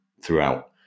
throughout